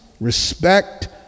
respect